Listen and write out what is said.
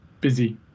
Busy